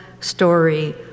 story